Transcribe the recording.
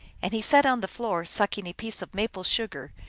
and he sat on the floor sucking a piece of maple sugar,